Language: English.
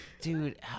Dude